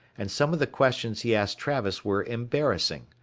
and some of the questions he asked travis were embarrassing.